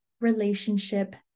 relationship